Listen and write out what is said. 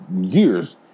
years